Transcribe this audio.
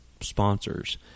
sponsors